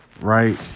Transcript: right